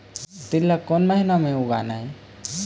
तील ला कोन महीना म उगाना ये?